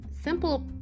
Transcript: simple